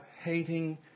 hating